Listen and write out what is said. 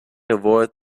avoid